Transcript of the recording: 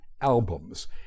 albums